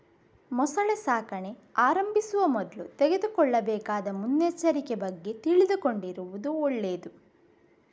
ಮೊಸಳೆ ಸಾಕಣೆ ಆರಂಭಿಸುವ ಮೊದ್ಲು ತೆಗೆದುಕೊಳ್ಳಬೇಕಾದ ಮುನ್ನೆಚ್ಚರಿಕೆ ಬಗ್ಗೆ ತಿಳ್ಕೊಂಡಿರುದು ಒಳ್ಳೇದು